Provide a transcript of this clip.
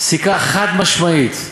פסיקה חד-משמעית: